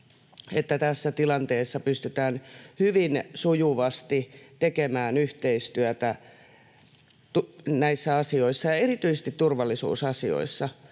että tässä tilanteessa pystytään hyvin sujuvasti tekemään yhteistyötä näissä asioissa ja erityisesti turvallisuusasioissa.